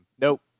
nope